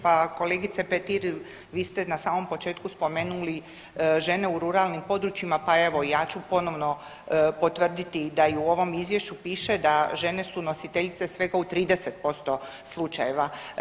Pa kolegice Petir, vi ste na samom početku spomenuli žene u ruralnim područjima, pa evo ja ću ponovno potvrditi da i u ovom izvješću piše da žene su nositeljice svega u 30% slučajeva.